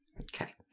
Okay